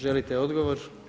Želite odgovor?